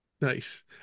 Nice